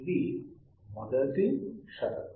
ఇది మొదటి షరతు